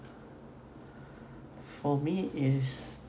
for me is